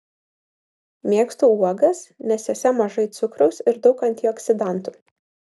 mėgstu uogas nes jose mažai cukraus ir daug antioksidantų